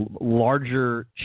larger